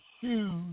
shoes